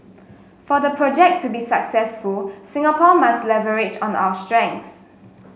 for the project to be successful Singapore must leverage on our strengths